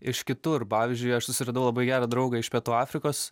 iš kitur pavyzdžiui aš susiradau labai gerą draugą iš pietų afrikos